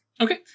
Okay